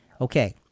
okay